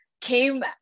came